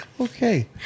Okay